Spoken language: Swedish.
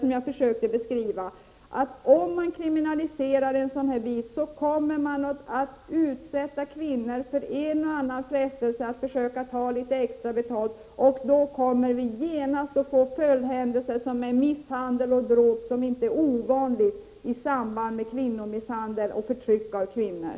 Om vi här i Sverige kriminaliserar prostitutionskontakter, tror jag att prostituerade kvinnor kan falla för frestelsen att försöka ta extra betalt av sina kunder. Därmed följer genast brott som misshandel och dråp, något som inte är ovanligt i samband med förtryck av kvinnor.